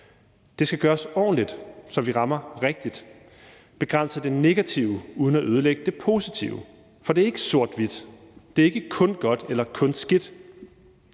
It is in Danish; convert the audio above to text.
Det skal gøres ordentligt, så vi rammer rigtigt og begrænser det negative uden at ødelægge det positive, for det er ikke sort-hvidt, det er ikke kun godt eller kun skidt.